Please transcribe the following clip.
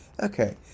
Okay